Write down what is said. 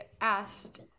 asked